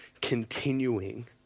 continuing